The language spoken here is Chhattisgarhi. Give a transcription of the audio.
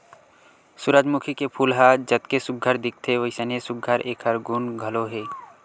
सूरजमूखी के फूल ह जतके सुग्घर दिखथे वइसने सुघ्घर एखर गुन घलो हे